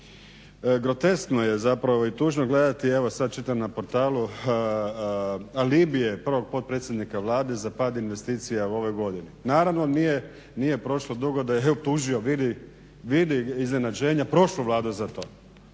Groteskno je, zapravo i tužno gledati, evo sad čitam na portalu alibije prvog potpredsjednika Vlade za pad investicija u ovoj godini. Naravno nije prošlo dugo da je optužio, vidi iznenađenja, prošlu Vladu za to.